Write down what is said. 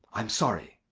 i'm sorry.